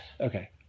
Okay